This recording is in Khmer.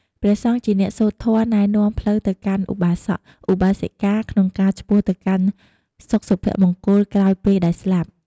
ព្រះសង្ឃជាអ្នកសូត្រធម៌ណែនាំផ្លូវទៅកាន់ឧបាសក ឧបាសិការក្នុងការឆ្ពោះទៅកាន់សុខសុភមង្គលក្រោយពេលដែលស្លាប់។